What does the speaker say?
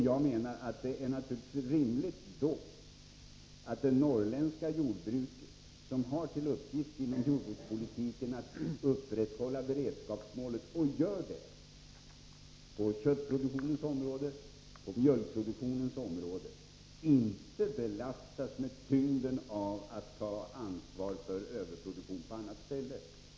Jag anser det naturligtvis rimligt att det norrländska jordbruket, som inom jordbrukspolitiken har till uppgift att upprätthålla beredskapsmålet — och gör det på såväl köttsom mjölkproduktionens områden — inte belastas med tyngden av att ta ansvar för överproduktion på annat ställe.